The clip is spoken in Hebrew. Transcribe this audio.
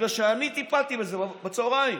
בגלל שאני טיפלתי בזה בצוהריים.